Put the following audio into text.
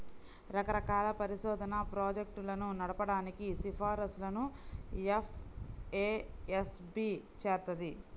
రకరకాల పరిశోధనా ప్రాజెక్టులను నడపడానికి సిఫార్సులను ఎఫ్ఏఎస్బి చేత్తది